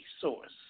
source